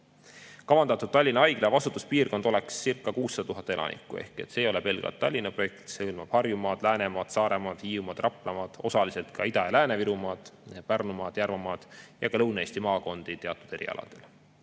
Kavandatud Tallinna Haigla vastutuspiirkond olekscirca600 000 elanikku. Ehk see ei ole pelgalt Tallinna projekt, vaid hõlmab ka Harjumaad, Läänemaad, Saaremaad, Hiiumaad, Raplamaad, osaliselt Ida- ja Lääne-Virumaad, Pärnumaad, Järvamaad ja ka Lõuna-Eesti maakondi teatud erialade